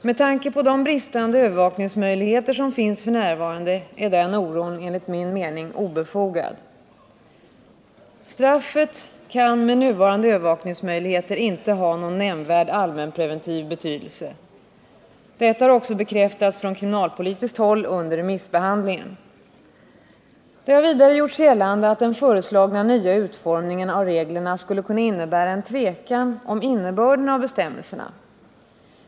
Med tanke på de bristande övervakningsmöjligheter som finns f.n. är den oron enligt min mening obefogad. Straffet kan med nuvarande övervakningsmöjligheter inte ha någon nämnvärd allmänpreventiv betydelse. Detta har också bekräftats från kriminalpolitiskt håll under remissbehandlingen. Det har vidare gjorts gällande att den föreslagna nya utformningen av reglerna skulle kunna innebära en tvekan om innebörden av bestämmelserna.